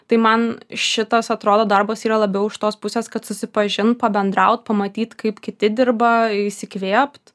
tai man šitas atrodo darbas yra labiau iš tos pusės kad susipažint pabendraut pamatyt kaip kiti dirba įsikvėpt